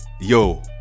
Yo